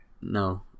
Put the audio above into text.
No